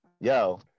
yo